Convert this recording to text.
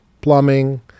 plumbing